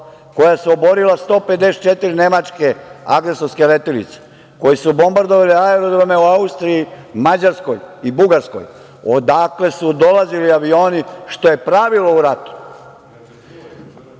koja su oborila 154 nemačke agresorske letelice, koji su bombardovali aerodrome u Austriji, Mađarskoj i Bugarskoj, odakle su dolazili avioni, što je pravilo u ratu,